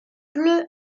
bleu